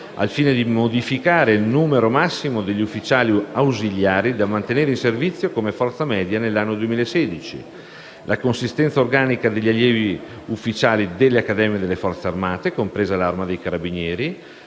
al fine di modificare il numero massimo degli ufficiali ausiliari da mantenere in servizio come forza media nell'anno 2016; la consistenza organica degli allievi ufficiali delle accademie delle Forze armate, compresa l'Arma dei carabinieri;